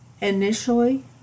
Initially